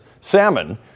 salmon